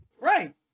Right